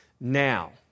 Now